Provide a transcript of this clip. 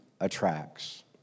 attracts